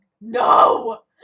No